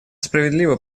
справедливо